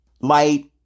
light